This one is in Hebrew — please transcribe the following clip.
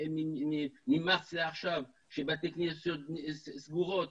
שבתי כנסת סגורים,